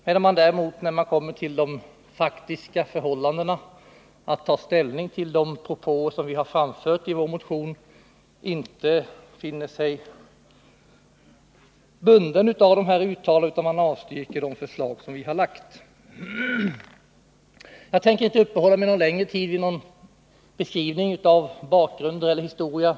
Men när utskottet kommer till de faktiska förhållandena och det gäller att ta ställning till de propåer som vi har framfört i vår motion, finner utskottet sig inte bundet av dessa uttalanden utan avstyrker våra förslag. Jag tänker inte uppehålla mig någon längre tid vid en beskrivning av bakgrund eller historia.